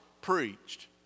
preached